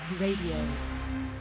Radio